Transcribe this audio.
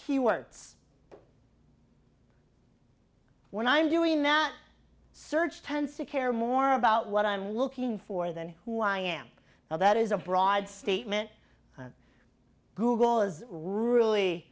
keywords when i'm doing not search tends to care more about what i'm looking for than who i am now that is a broad statement that google is really